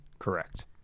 Correct